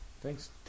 Thanks